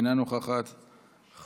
אינה נוכחת,